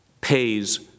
pays